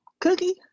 cookie